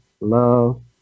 love